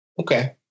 Okay